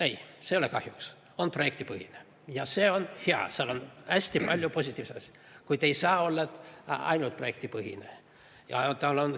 ei, see ei ole kahjuks – projektipõhine. Ja see on hea, selles on hästi palju positiivseid asju. Kuid ei saa olla ainult projektipõhine.